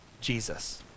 Jesus